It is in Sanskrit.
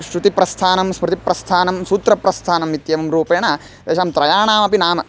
श्रुतिप्रस्थानं स्मृतिप्रस्थानं सूत्रप्रस्थानम् इत्येवं रूपेण तेषां त्रयाणामपि नाम